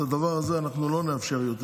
את הדבר הזה לא נאפשר יותר.